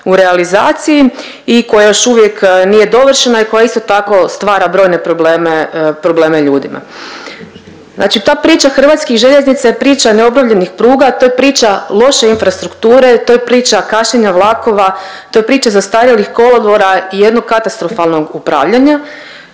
u realizaciji i koja još uvijek nije dovršena i koja, isto tako, stvara brojne probleme ljudima. Znači ta priča HŽ-a je priča neobnovljenih pruga, to je priča loše infrastrukture, to je priča kašnjenja vlakova, to je priča zastarjelih kolodvora i jednog katastrofalnog upravljanja